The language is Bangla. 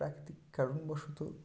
প্রাকৃতিক কারণবশত